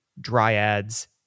dryads